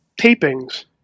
tapings